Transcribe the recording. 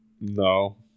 no